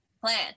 plan